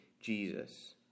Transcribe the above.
Jesus